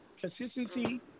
Consistency